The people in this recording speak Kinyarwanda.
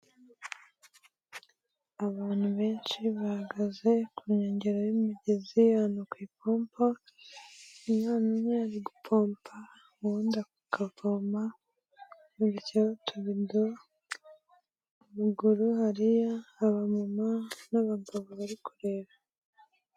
Abantu benshi bahagaze ku nkengero y'umugezi ahantu ku ipompo, umwana umwe ari gupompa uwundi akavoma muri utwo tubido, haruguru hari abamama n'abagabo bari kureba.